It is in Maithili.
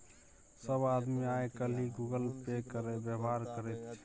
सभ आदमी आय काल्हि गूगल पे केर व्यवहार करैत छै